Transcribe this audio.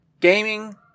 Gaming